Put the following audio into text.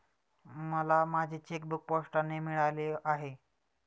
मला माझे चेकबूक पोस्टाने मिळाले आहे